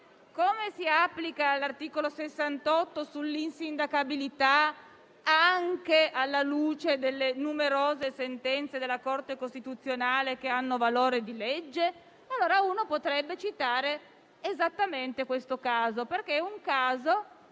come si applica l'articolo 68 sull'insindacabilità, anche alla luce delle numerose sentenze della Corte costituzionale che hanno valore di legge, si potrebbe citare esattamente questo caso. Infatti, in questo